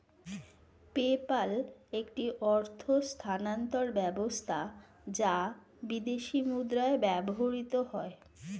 PayPal একটি অর্থ স্থানান্তর ব্যবস্থা যা বিদেশী মুদ্রায় ব্যবহৃত হয়